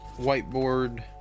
whiteboard